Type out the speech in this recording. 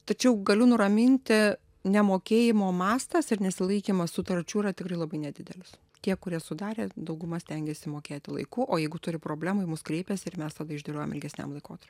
tačiau galiu nuraminti nemokėjimo mastas ir nesilaikymas sutarčių yra tikrai labai nedidelis tie kurie sudarė dauguma stengiasi mokėti laiku o jeigu turi problemų į mus kreipiasi ir mes tada išdėliojam ilgesniam laikotar